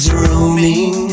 roaming